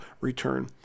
return